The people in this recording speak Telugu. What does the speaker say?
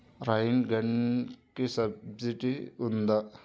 రైన్ గన్కి సబ్సిడీ ఉందా?